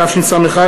בתשס"א,